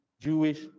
Jewish